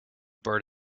bird